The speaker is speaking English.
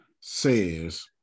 says